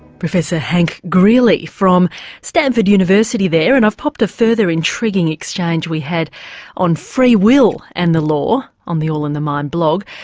professor hank greely from stanford university there, and i've popped a further intriguing exchange we had on free will and the law on the all in the mind blog.